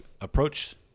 approach